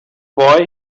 boy